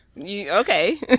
okay